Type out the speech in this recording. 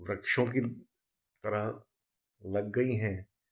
वृक्षों की तरह लग गयी हैं